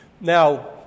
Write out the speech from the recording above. Now